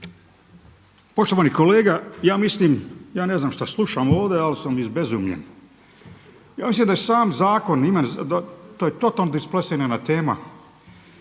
Poštovani kolega ja mislim, ja ne znam šta slušam ovdje ali sam izbezumljen. Ja mislim da sam zakon, to je totalno displasirana tema.